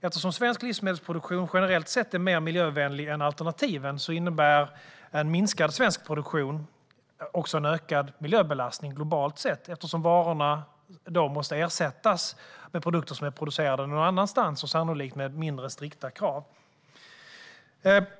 Eftersom svensk livsmedelsproduktion generellt sett är mer miljövänlig än alternativen innebär en minskad svensk produktion också en ökad miljöbelastning globalt sett. Varorna måste då ersättas med produkter som är producerade någon annanstans och sannolikt med mindre strikta krav.